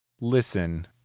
Listen